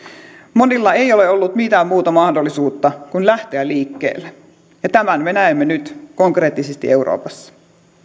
monilla ei ole ollut mitään muuta mahdollisuutta kuin lähteä liikkeelle ja tämän me näemme nyt konkreettisesti euroopassa